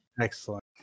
excellent